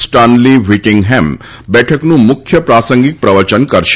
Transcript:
Stanley Whittingham બેઠકનું મુખ્ય પ્રાસંગિક પ્રવચન કરશે